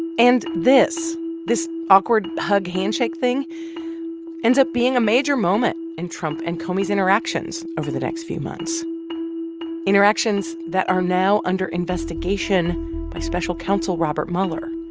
and this this awkward hug-handshake thing ends up being a major moment in trump and comey's interactions over the next few months interactions that are now under investigation by special counsel robert mueller